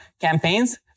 campaigns